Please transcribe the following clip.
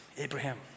Abraham